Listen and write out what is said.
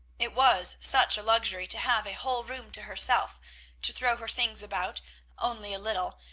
it was such a luxury to have a whole room to herself to throw her things about only a little,